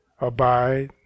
abide